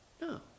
no